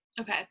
okay